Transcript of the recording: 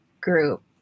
group